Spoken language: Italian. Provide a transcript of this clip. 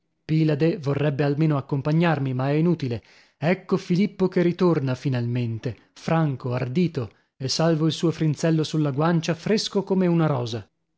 pilade vorrebbe almeno accompagnarmi ma è inutile ecco filippo che ritorna finalmente franco ardito e salvo il suo frinzello sulla guancia fresco come una rosa